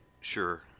sure